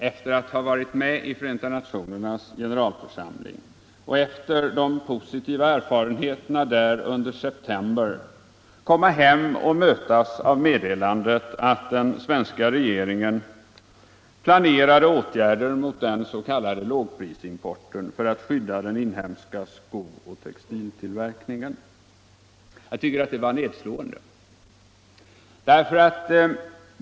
Att efter deltagandet i Förenta nationernas generalförsamling och efter de positiva erfarenheterna där under september komma hem och mötas av meddelandet att den svenska regeringen planerade åtgärder mot den s.k. lågprisimporten för att skydda den inhemska skooch textiltillverkningen var nedslående.